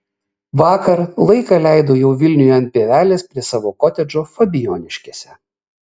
vakar laiką leido jau vilniuje ant pievelės prie savo kotedžo fabijoniškėse